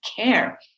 care